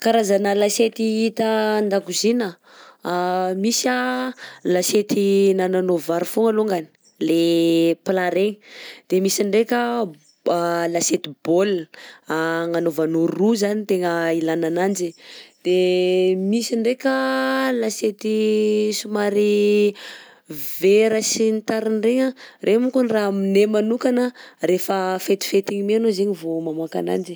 Karazana lasety hita an-dakozina: misy lasety hinananao vary fogna alongany le plat regny, de misy ndreka b- lasety bol hagnanaovanao ro zany no tegna ilana ananjy, de misy ndreka lasety somary vera sy ny tariny regny regny mokony raha amineh manokana rehefa fetifety igny mi anao zegny vao mamoaka ananjy.